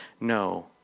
No